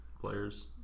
players